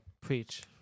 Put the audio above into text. Preach